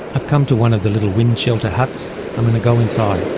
i've come to one of the little wind shelter huts, i'm going to go inside